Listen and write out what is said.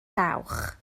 dawch